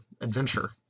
adventure